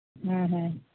ᱦᱮᱸ ᱦᱮᱸ